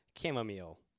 Chamomile